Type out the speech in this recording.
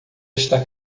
está